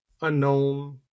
unknown